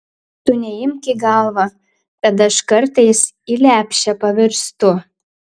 tu neimk į galvą kad aš kartais į lepšę pavirstu